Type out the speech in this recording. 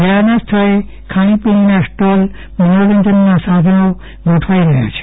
મેળાના સ્થળ ખાણીપીણીના સ્ટોલ મનોરંજનના સાધનો ગોઠવાઈ રહ્યા છે